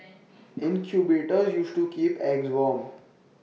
incubators used to keep eggs warm